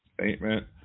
statement